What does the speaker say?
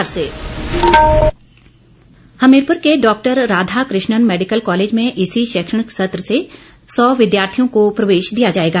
मंत्रिमंडल हमीरपुर के doctor Radhakrishnan medical college में इसी शैक्षणिक सत्र से सौ विद्यार्थियों को प्रवेश दिया जाएगा